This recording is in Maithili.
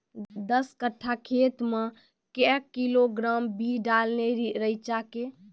दस कट्ठा खेत मे क्या किलोग्राम बीज डालने रिचा के?